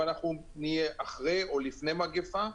ונהיה אחרי או לפני מגפה,